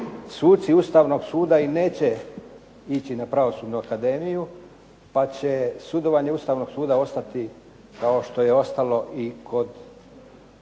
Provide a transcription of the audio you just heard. suci Ustavnog suda i neće ići na Pravosudnu akademiju pa će sudovanje Ustavnog suda ostati kao što je ostalo i kod